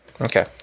Okay